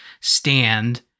stand